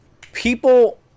people